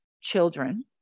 children